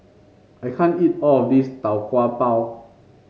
I can't eat all of this Tau Kwa Pau